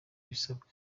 ibisabwa